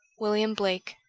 william blake